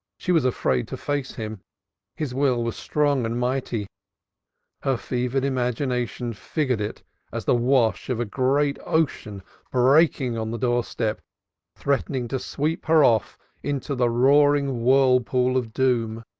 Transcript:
she was afraid to face him his will was strong and mighty her fevered imagination figured it as the wash of a great ocean breaking on the doorstep threatening to sweep her off into the roaring whirlpool of doom.